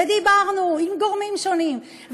דיברנו עם גורמים שונים,